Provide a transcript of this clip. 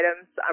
items